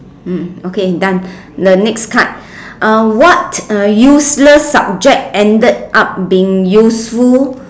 mm okay done the next card uh what uh useless subject ended up being useful